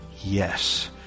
yes